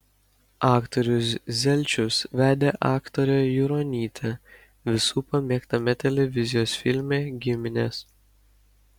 aktorius zelčius vedė aktorę juronytę visų pamėgtame televizijos filme giminės